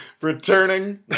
Returning